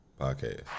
Podcast